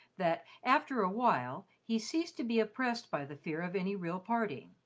that, after a while, he ceased to be oppressed by the fear of any real parting.